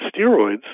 steroids